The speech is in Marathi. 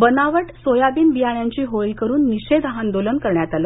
बनावट सोयाबीन बियाण्याची होळी करून निषेध आंदोलन करण्यात आलं